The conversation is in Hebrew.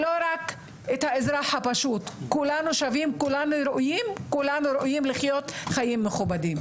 כולנו שווים, כולנו ראויים לחיות חיים מכובדים.